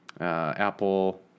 Apple